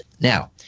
Now